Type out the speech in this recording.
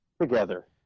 together